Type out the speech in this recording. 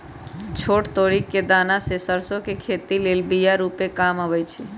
छोट तोरि कें दना से सरसो के खेती लेल बिया रूपे काम अबइ छै